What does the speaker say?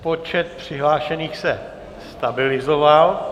Počet přihlášených se stabilizoval.